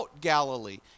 Galilee